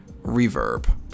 Reverb